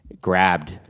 grabbed